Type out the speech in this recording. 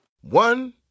One